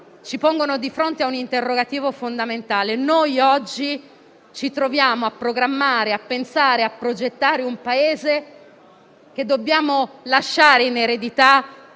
ci pongono di fronte a un interrogativo fondamentale. Noi oggi ci troviamo a programmare, a pensare e a progettare un Paese che dobbiamo lasciare in eredità